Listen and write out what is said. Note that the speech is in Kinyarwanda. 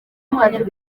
akazi